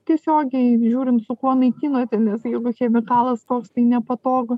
tiesiogiai žiūrint su kuo naikinote nes jeigu chemikalas koks tai nepatogu